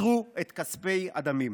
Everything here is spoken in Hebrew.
עצרו את כספי הדמים.